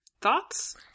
Thoughts